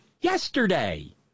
Yesterday